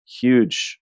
huge